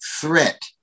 threat